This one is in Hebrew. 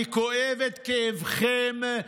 אני כואב את כאבכם,